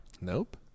Nope